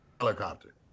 helicopter